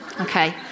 Okay